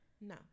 No